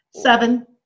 seven